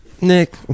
Nick